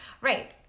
Right